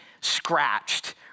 scratched